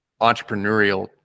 entrepreneurial